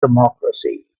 democracy